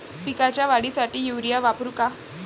पिकाच्या वाढीसाठी युरिया वापरू का?